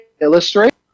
illustrate